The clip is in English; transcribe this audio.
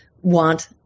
want